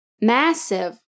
massive